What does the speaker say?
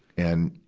and,